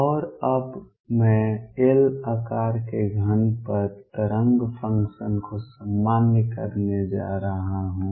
और अब मैं L आकार के घन पर तरंग फंक्शन को सामान्य करने जा रहा हूं